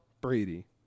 Brady